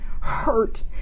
hurt